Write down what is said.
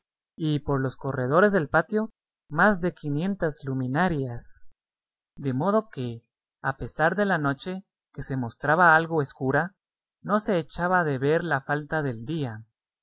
y por los corredores del patio más de quinientas luminarias de modo que a pesar de la noche que se mostraba algo escura no se echaba de ver la falta del día